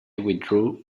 withdrew